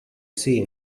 seen